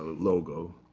logo.